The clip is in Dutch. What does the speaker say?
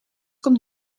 komt